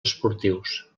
esportius